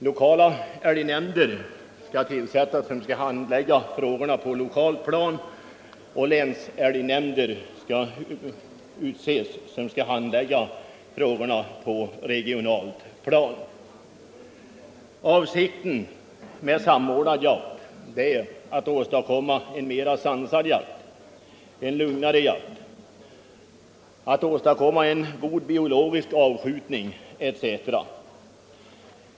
Länsälgnämnder skall utses som skall handlägga frågorna på det regionala planet. Avsikten med samordnad jakt är att åstadkomma en lugnare och mera sansad jakt, en god biologisk avskjutning etc.